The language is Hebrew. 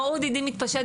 ה-ODD מתפשט.